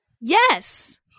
yes